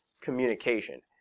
communication